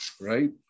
right